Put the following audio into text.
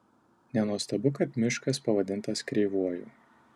nenuostabu kad miškas pavadintas kreivuoju